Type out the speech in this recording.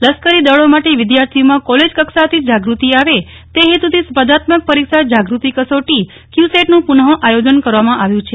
લશ્કરી દળો માટે વિદ્યાર્થીઓમાં કોલેજ કક્ષાથી જ જાગૂતિ આવે તે હેતુથી સ્પર્ધાત્મક પરીક્ષા જાગૂતિ કસોટી ક્વુસેટનું પુનઃ આયોજન કરવામાં આવ્યું છે